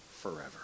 forever